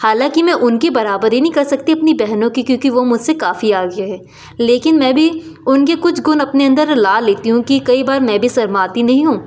हालाँकि मैं उनकी बराबरी नहीं कर सकती अपनी बहनों की क्योंकि वह मुझ से काफ़ी आगे है लेकिन मैं भी उनके कुछ गुण अपने अंदर ला लेती हूँ कि कई बार मैं भी शर्माती नहीं हूँ